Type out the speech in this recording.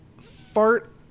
fart